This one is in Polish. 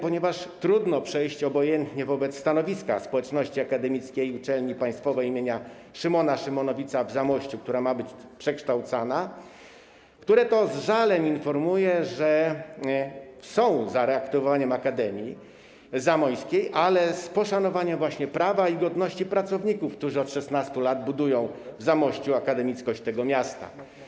Ponieważ trudno przejść obojętnie wobec stanowiska społeczności akademickiej Uczelni Państwowej im. Szymona Szymonowica w Zamościu, która ma być przekształcana, które to z żalem informuje, że są za reaktywowaniem Akademii Zamojskiej, ale z poszanowaniem prawa i godności pracowników, którzy od 16 lat budują w Zamościu akademickość tego miasta.